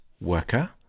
worker